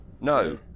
No